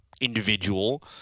individual